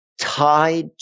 tied